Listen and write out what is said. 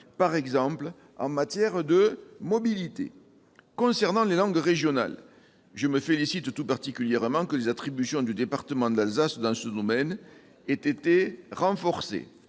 par exemple en matière de mobilité. Concernant les langues régionales, je me félicite tout particulièrement que les attributions du département d'Alsace dans ce domaine aient été renforcées.